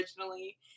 originally